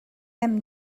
hem